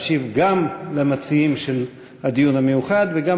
והשרה תשיב גם למציעים של הדיון המיוחד וגם